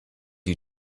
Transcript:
you